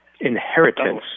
Inheritance